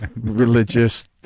religious